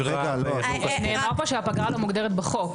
אבל נאמר שהפגרה לא מוגדרת בחוק.